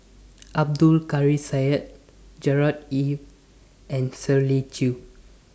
Abdul Kadir Syed Gerard Ee and Shirley Chew